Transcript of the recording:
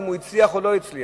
אם הוא הצליח או לא הצליח.